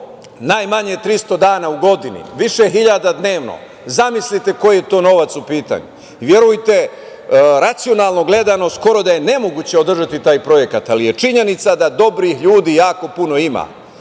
najmanje 300 dana u godini, više hiljada dnevno, zamislite koji je to novac u pitanju. Verujte, racionalno gledano, skoro da je nemoguće održati taj projekat, ali je činjenica da dobrih ljudi jako puno ima,